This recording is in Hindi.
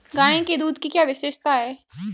गाय के दूध की क्या विशेषता है?